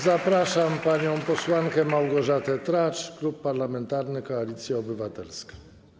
Zapraszam panią posłankę Małgorzatę Tracz, Klub Parlamentarny Koalicja Obywatelska.